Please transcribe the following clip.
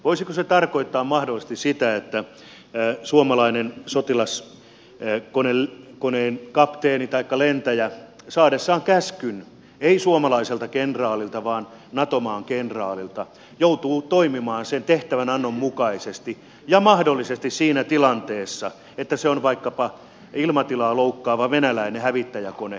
voisiko se tarkoittaa mahdollisesti sitä että suomalainen sotilaskoneen kapteeni taikka lentäjä saadessaan käskyn ei suomalaiselta kenraalilta vaan nato maan kenraalilta joutuu toimimaan sen tehtävänannon mukaisesti ja mahdollisesti siinä tilanteessa että se on vaikkapa ilmatilaa loukkaava venäläinen hävittäjäkone ampumaan sen alas